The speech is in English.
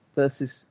versus